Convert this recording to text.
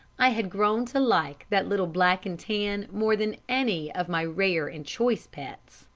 i had grown to like that little black-and-tan more than any of my rare and choice pets.